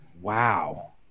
Wow